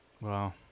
Wow